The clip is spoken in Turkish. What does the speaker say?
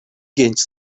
genç